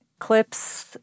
clips